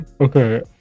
okay